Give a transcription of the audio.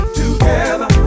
together